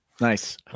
nice